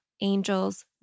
Angels